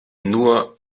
nur